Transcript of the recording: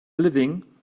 living